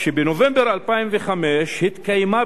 "בנובמבר 2005 התקיימה,